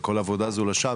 כל העבודה הזו לשווא,